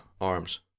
arms